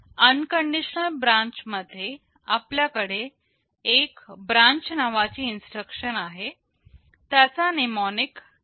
unconditional branch मध्ये आपल्याकडे एक ब्रांच नावाची इन्स्ट्रक्शन आहे त्याचा नेमोनिक केवळ B आहे